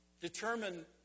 Determine